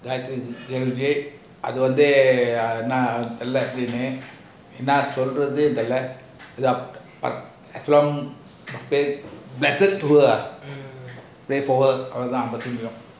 they will be அது வந்து என்ன தெரில என்னனு இன்ன சொல்றது தெரில:athu vanthu enna terila ennanu inna solrathu terila as long